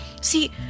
See